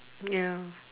ya